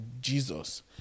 Jesus